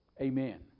Amen